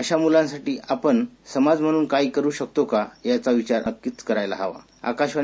अशा मुलांसाठी आपण समाज म्हणून काही करू शकतो का याचा विचार आपण नक्कीच करायला हवा